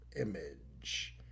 image